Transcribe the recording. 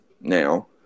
now